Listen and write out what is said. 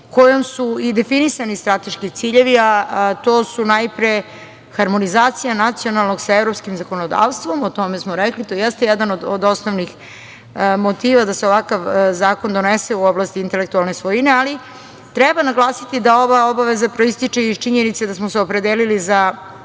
kojom su i definisani strateški ciljevi. To su harmonizacija nacionalnog sa evropskim zakonodavstvom. O tome smo rekli. To jeste jedan od osnovnih motiva da se ovakav zakon donese u oblasti intelektualne svojine. Treba naglasiti da ova obaveza proističe iz činjenice da smo se opredelili za